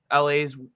LA's